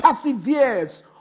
perseveres